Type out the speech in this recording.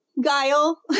Guile